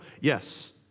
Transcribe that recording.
yes